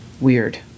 Weird